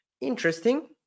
interesting